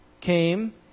came